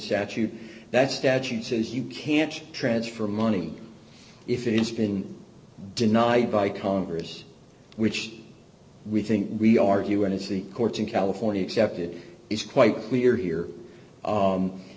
statute that statute says you can't transfer money if it's been denied by congress which we think we argue and it's the courts in california except it is quite clear here